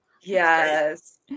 yes